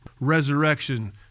resurrection